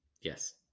Yes